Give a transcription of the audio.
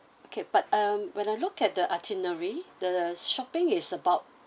okay but um when I look at the itinerary the shopping is about